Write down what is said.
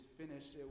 finished